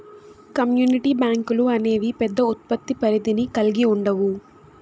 community బ్యాంకులు అనేవి పెద్ద ఉత్పత్తి పరిధిని కల్గి ఉండవు